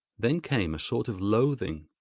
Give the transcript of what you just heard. then came a sort of loathing,